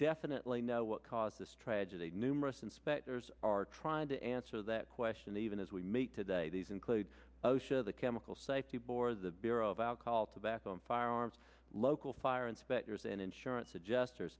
definitely know what caused this tragedy numerous inspectors are trying to answer that question even as we make today these include osha the chemical safety board the bureau of alcohol tobacco and firearms local fire inspectors and insurance adjuster